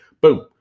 Boom